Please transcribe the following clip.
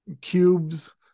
cubes